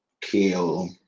kill